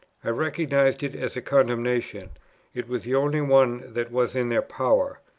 i recognized it as a condemnation it was the only one that was in their power.